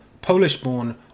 Polish-born